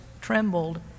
trembled